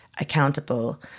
accountable